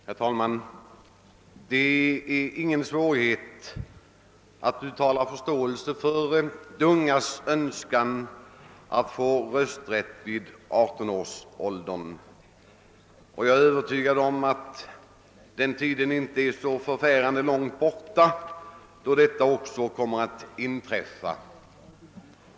Herr talman! Det är ingen svårighet att uttala förståelse för de ungas Öönskan att få rösträtt vid 18 års ålder. Jag är övertygad om att den tiden inte är så förfärligt avlägsen då detta också kommer att inträffa.